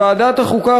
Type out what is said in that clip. לוועדת החוקה,